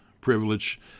privilege